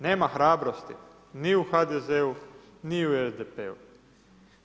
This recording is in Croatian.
Nema hrabrosti ni u HDZ-u, ni u SDP-u.